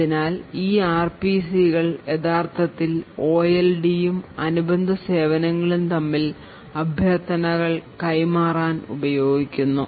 അതിനാൽ ഈ RPCകൾ യഥാർത്ഥത്തിൽ OLDയും അനുബന്ധ സേവനങ്ങളും തമ്മിൽ അഭ്യർത്ഥന കൈമാറാൻ ഉപയോഗിക്കുന്നു